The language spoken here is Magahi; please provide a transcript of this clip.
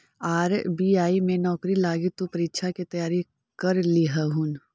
आर.बी.आई में नौकरी लागी तु परीक्षा के तैयारी कर लियहून